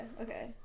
Okay